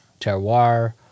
terroir